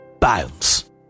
Bounce